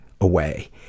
away